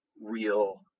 real